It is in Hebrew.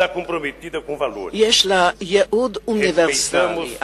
יש לה ייעוד אוניברסלי.